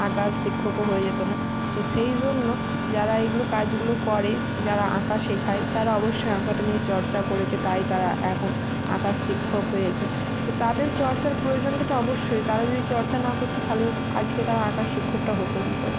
আঁকার শিক্ষকও হয়ে যেত না তো সেই জন্য যারা এইগুলো কাজগুলো করে যারা আঁকা শেখায় তারা অবশ্যই আঁকাটা নিয়ে চর্চা করেছে তাই তারা এখন আঁকার শিক্ষক হয়েছে তো তাদের চর্চার প্রয়োজনটা তো অবশ্যই তারা যদি চর্চা না করতো তাহলে আজকে তারা আঁকার শিক্ষকটা হত কি করে